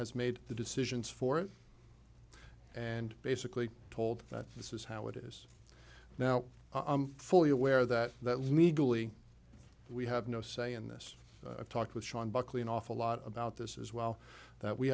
has made the decisions for and basically told that this is how it is now i'm fully aware that that legally we have no say in this talk with sean buckley an awful lot about this as well that we